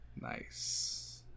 nice